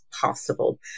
possible